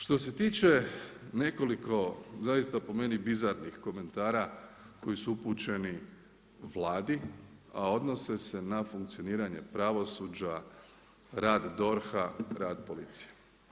Što se tiče nekoliko, zaista po meni bizarnih komentara koji su upućeni Vladi a odnose se na funkcioniranje pravosuđa, rad DORH-a, rad policije.